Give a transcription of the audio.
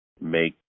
make